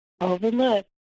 overlook